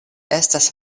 estas